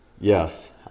Yes